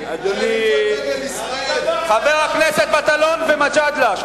חברי הכנסת מטלון ומג'אדלה,